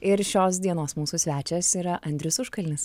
ir šios dienos mūsų svečias yra andrius užkalnis